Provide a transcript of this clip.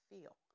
feel